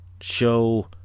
Show